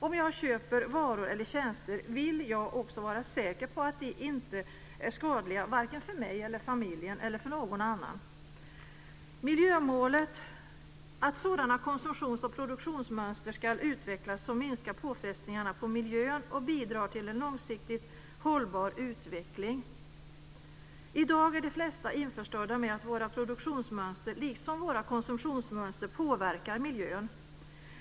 Om jag köper varor eller tjänster vill jag också vara säker på att de inte är skadliga vare sig för mig, för familjen eller för någon annan. Miljömålet innebär att sådana konsumtions och produktionsmönster ska utvecklas som minskar påfrestningarna på miljön och bidrar till en långsiktigt hållbar utveckling. I dag är de flesta införstådda med att våra produktionsmönster liksom våra konsumtionsmönster påverkar miljön.